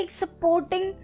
supporting